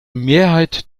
mehrheit